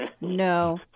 No